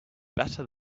better